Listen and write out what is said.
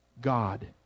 God